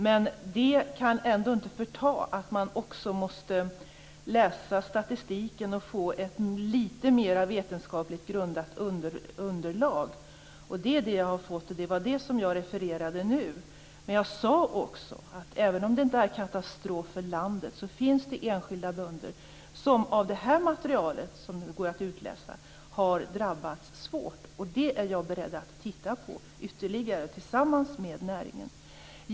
Men det kan ändå inte förta att man också måste läsa statistiken och få ett litet mer vetenskapligt grundat underlag. Det är det som jag har fått, och det var det som jag refererade nu. Men jag sade också att även om det inte är katastrof för landet, så finns det enskilda bönder som av detta material som går att utläsa har drabbats svårt. Och det är jag beredd att titta på ytterligare tillsammans med näringen.